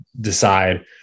decide